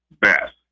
best